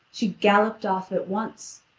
she galloped off at once.